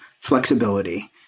flexibility